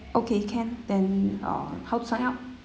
okay can then uh how to sign up